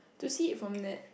to see it from that